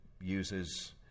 uses